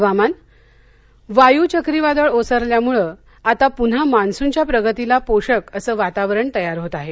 हवामान वायू चक्रीवादळ ओसरल्यामुळे आता पुन्हा मान्सून च्या प्रगतीला पोषक असं वातावरण तयार होत आहे